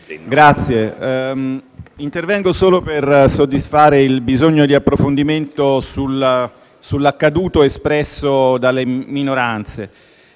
Presidente, intervengo solo per soddisfare il bisogno di approfondimento sull'accaduto evidenziato dalle minoranze.